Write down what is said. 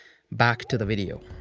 back to the video.